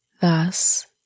Thus